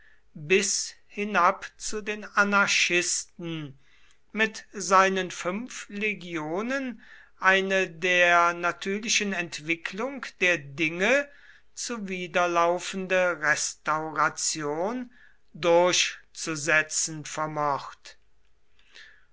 bis hinab zu den anarchisten mit seinen fünf legionen eine der natürlichen entwicklung der dinge zuwiderlaufende restauration durchzusetzen vermocht